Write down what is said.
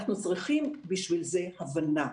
אנחנו צריכים בשביל זה הבנה.